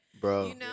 Bro